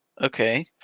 Okay